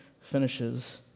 finishes